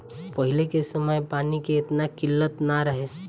पहिले के समय में पानी के एतना किल्लत ना रहे